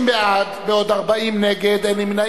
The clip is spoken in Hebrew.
30 בעד, בעוד 40 נגד, אין נמנעים.